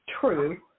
True